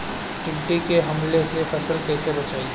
टिड्डी के हमले से फसल कइसे बची?